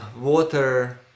water